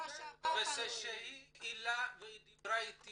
כשהיא דיברה איתי